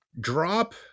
Drop